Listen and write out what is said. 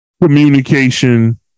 communication